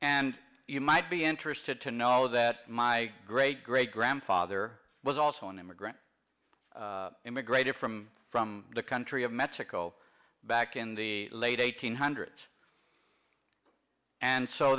and you might be interested to know that my great great grandfather was also an immigrant immigrated from from the country of mexico back in the late eight hundred s and so